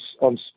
on